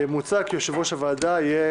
מוצע כי יושב-ראש הוועדה יהיה